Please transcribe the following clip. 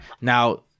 Now